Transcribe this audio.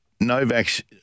Novak's